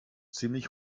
ziemlich